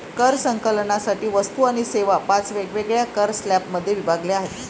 कर संकलनासाठी वस्तू आणि सेवा पाच वेगवेगळ्या कर स्लॅबमध्ये विभागल्या आहेत